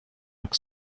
jak